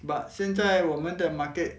but 现在我们的 market